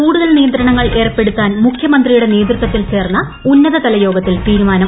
കൂടുതൽ നിയന്ത്രണങ്ങൾ ഏർപ്പെടുത്താൻ മുഖ്യമന്ത്രിയുടെ നേതൃത്വത്തിൽ ചേർന്ന ഉന്നത തലയോഗത്തിൽ തീരുമാനം